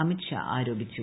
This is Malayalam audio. അമിത് ഷാ ആരോപിച്ചു